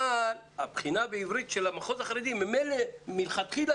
אבל הבחינה בעברית של המחוז החרדי ממילא מלכתחילה